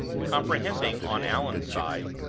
comprehending, on allan's side,